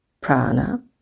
Prana